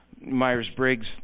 Myers-Briggs